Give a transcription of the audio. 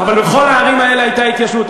אבל בכל הערים האלה הייתה התיישבות.